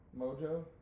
Mojo